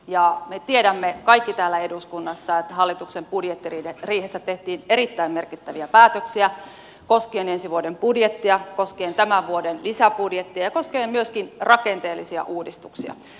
ja me tiedämme kaikki täällä eduskunnassa että hallituksen budjettiriihessä tehtiin erittäin merkittäviä päätöksiä koskien ensi vuoden budjettia koskien tämän vuoden lisäbudjettia ja koskien myöskin rakenteellisia uudistuksia